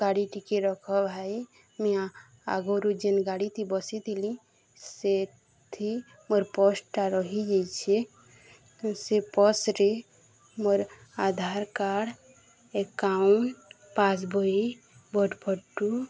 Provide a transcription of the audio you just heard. ଗାଡ଼ି ଟିକେ ରଖ ଭାଇ ମିଆଁ ଆଗରୁ ଯେନ୍ ଗାଡ଼ିଥି ବସିଥିଲି ସେଥି ମୋର୍ ପର୍ସଟା ରହିଯାଇଛେ ସେ ପର୍ସରେ ମୋର୍ ଆଧାର କାର୍ଡ଼ ଏକାଉଣ୍ଟ ପାସବହି ଭୋଟ ଫଟୋ